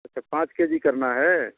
अच्छा पाँच के जी करना है